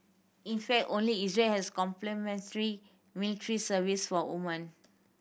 in fact only Israel has military service for women